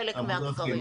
חלק מהכפרים?